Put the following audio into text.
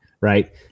right